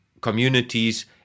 communities